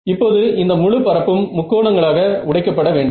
இப்போது இந்த முழு பரப்பும் முக்கோணங்களாக உடைக்கப்பட்ட வேண்டும்